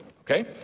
okay